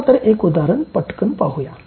चला तर एक उदाहरण पटकन पाहूया